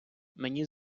мені